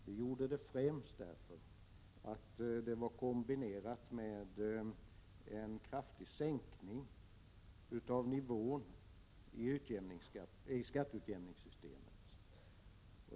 Vi gjorde det främst därför att det var kombinerat med en kraftig sänkning av nivån i — Prot. 1987/88:28 skatteutjämningssystemet.